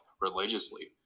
religiously